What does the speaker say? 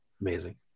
amazing